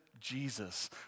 jesus